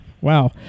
wow